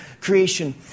creation